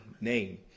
name